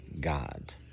God